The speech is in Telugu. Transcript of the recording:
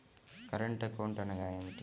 కరెంట్ అకౌంట్ అనగా ఏమిటి?